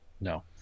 No